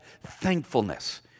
thankfulness